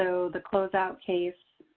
so the closeout case